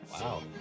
wow